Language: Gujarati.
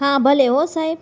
હા ભલે હોં સાહેબ